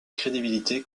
crédibilité